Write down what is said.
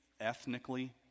ethnically